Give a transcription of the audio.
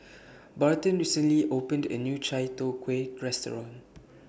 Barton recently opened A New Chai Tow Kway Restaurant